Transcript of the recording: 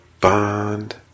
Bond